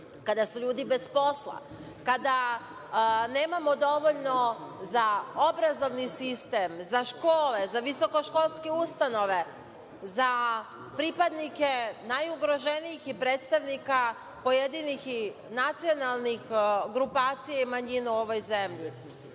kada su ljudi bez posla, kada nemamo dovoljno za obrazovni sistem, za škole, za visokoškolske ustanove, za pripadnike najugroženijih i predstavnika pojedinih i nacionalnih grupacija i manjina u ovoj zemlji,